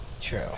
True